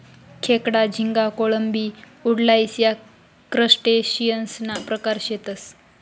खेकडा, झिंगा, कोळंबी, वुडलाइस या क्रस्टेशियंससना प्रकार शेतसं